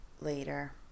later